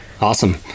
Awesome